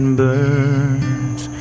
burns